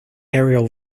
aerial